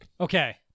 Okay